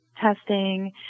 testing